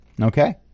Okay